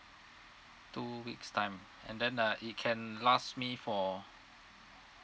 two weeks time and then uh it can last me for